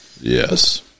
Yes